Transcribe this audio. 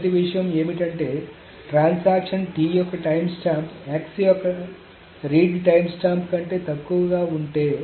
మొదటి విషయం ఏమిటంటే ట్రాన్సాక్షన్ T యొక్క టైమ్స్టాంప్ x యొక్క రీడ్ టైమ్స్టాంప్ కంటే తక్కువగా ఉంటే